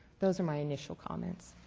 those are my initial comments.